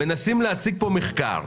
מנסים להציג פה מחקר.